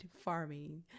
farming